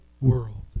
world